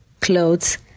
clothes